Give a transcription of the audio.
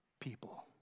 people